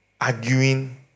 arguing